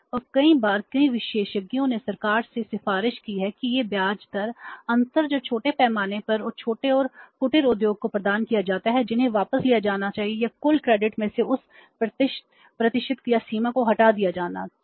और कई बार कई विशेषज्ञों ने सरकार से सिफारिश की है कि यह ब्याज दर अंतर जो छोटे पैमाने पर और छोटे और कुटीर उद्योगों को प्रदान किया जाता है जिन्हें वापस लिया जाना चाहिए या कुल क्रेडिट में से उस प्रतिशत या सीमा को हटा दिया जाना चाहिए